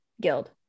guild